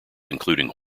including